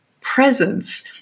presence